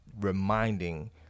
reminding